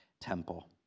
temple